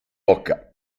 bocca